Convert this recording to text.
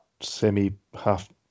semi-half